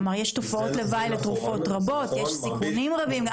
יש תופעות לוואי לתרופות רבות, יש סיכונים רבים.